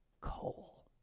coal